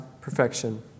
perfection